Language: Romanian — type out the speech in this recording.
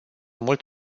mult